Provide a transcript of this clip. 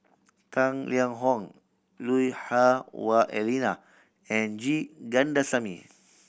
Tang Liang Hong Lui Hah Wah Elena and G Kandasamy